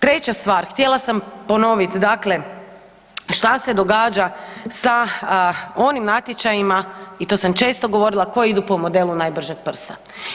Treća stvar, htjela sam ponovit, dakle šta se događa sa onim natječajima i to sam često govorila koji idu po modelu najbržeg prsta.